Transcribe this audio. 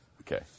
Okay